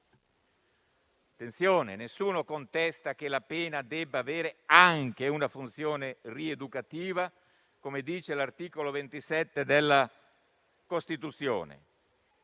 Attenzione, nessuno contesta che la pena debba avere anche una funzione rieducativa, come dice l'articolo 27 della Costituzione